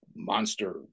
monster